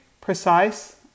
precise